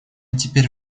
теперь